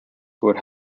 would